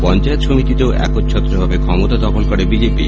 পঞ্চায়েত সমিতিতেও একচ্ছত্রভাবে ফ্রমতা দখল করে বিজেপি